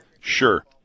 sure